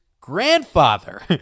grandfather